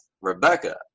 Rebecca